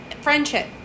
Friendship